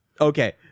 Okay